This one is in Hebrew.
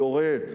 יורד.